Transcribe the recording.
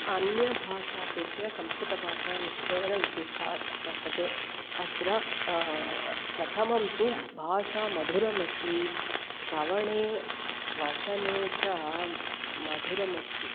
अन्यभाषापेक्षया संस्कृतभाषा निश्चयेन विशिष्ठा अस्ति वर्तते अत्र प्रथमं तु भाषा मधुरम् अस्ति श्रवणे वचने च म मधुरम् अस्ति